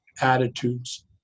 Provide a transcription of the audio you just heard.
attitudes